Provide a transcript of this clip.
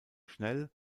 schnell